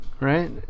right